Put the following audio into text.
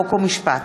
חוק ומשפט.